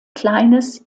kleines